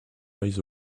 eyes